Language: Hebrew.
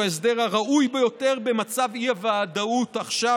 ההסדר הראוי ביותר במצב האי-וודאות עכשיו,